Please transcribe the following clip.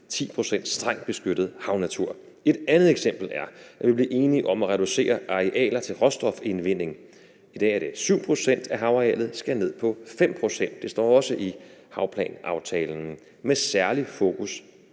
10 pct. strengt beskyttet havnatur. Et andet eksempel var, at vi blev enige om at reducere arealerne til råstofindvinding. I dag er det 7 pct. af havarealet, og det skal ned på 5 pct. – det står også i havplansaftalen – med et ærligt fokus